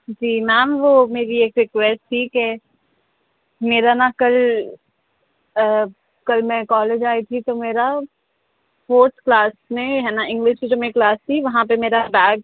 جی ma'am وہ میری ایک ریکویسٹ تھی کہ میرا نا کل آ کل میں کالج آئی تھی تو میرا فورتھ کلاس میں ہے نا انگلش کی جو میں کلاس تھی وہاں پہ میرا بیگ